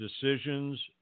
decisions